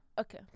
Okay